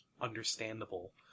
understandable